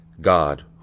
God